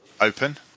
open